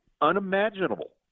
unimaginable